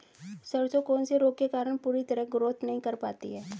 सरसों कौन से रोग के कारण पूरी तरह ग्रोथ नहीं कर पाती है?